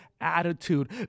attitude